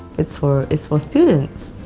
it's for. it's for students!